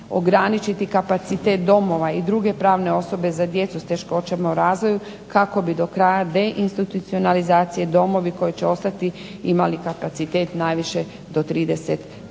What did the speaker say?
ograničiti kapacitet domova i druge pravne osobe za djecu s teškoćama u razvoju kako bi do kraja deinstitucionalizacije domovi koji će ostati imali kapacitet najviše do 30